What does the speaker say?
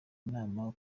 inama